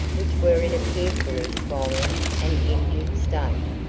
which were in a fearfully swollen and injured state.